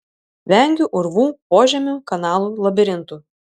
vengiu urvų požemių kanalų labirintų